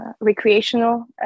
recreational